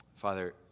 Father